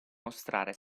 mostrare